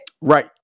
Right